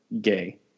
gay